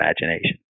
imagination